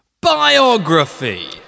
Biography